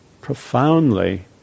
profoundly